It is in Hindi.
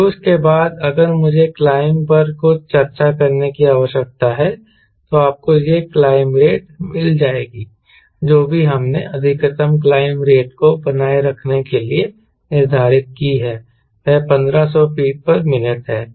क्रूज के बाद अगर मुझे क्लाइंब पर कुछ चर्चा करने की आवश्यकता है तो आपको यह क्लाइंब रेट मिल जाएगी जो भी हमने अधिकतम क्लाइंब रेट को बनाए रखने के लिए निर्धारित की है वह 1500 फीट मिनट है